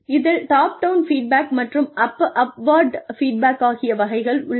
இதில் top down feedback மற்றும் upward feedback ஆகிய வகைகள் உள்ளன